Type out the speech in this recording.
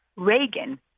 Reagan